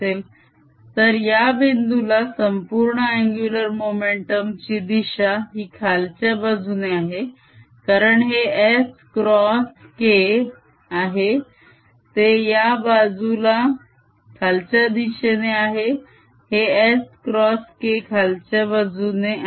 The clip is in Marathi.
Angular momentum densityabout the common axisS×momentum density0K2π तर या बिंदुला संपूर्ण अन्गुलर मोमेंटम ची दिशा ही खालच्या बाजूने आहे कारण हे s क्रॉस क आहे ते या बाजूला खालच्या दिशेने आहे हे S क्रॉस K खालच्या दिशेने आहे